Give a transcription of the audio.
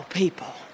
people